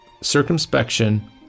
circumspection